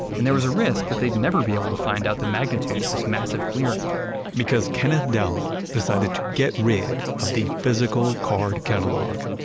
and there was a risk that they'd never be able to find out the magnitude of this massive clearing because kenneth dowlin decided to get rid of the physical card catalog,